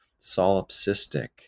solipsistic